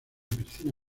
piscina